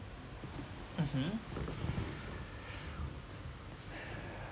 mmhmm